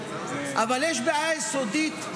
אבל יש בעיה יסודית,